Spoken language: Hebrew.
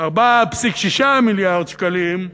4.6 מיליארד שקלים,